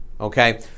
okay